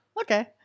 Okay